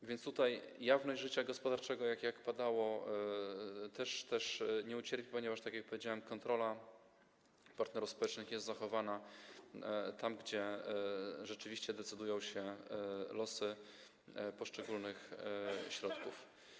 A więc tutaj jawność życia gospodarczego, jak to padało, też nie ucierpi, ponieważ, tak jak powiedziałem, kontrola partnerów społecznych jest zachowana tam, gdzie rzeczywiście decydują się losy poszczególnych środków.